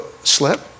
slip